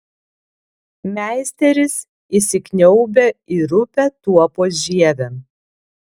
meisteris įsikniaubia į rupią tuopos žievę